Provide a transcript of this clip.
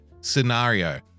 scenario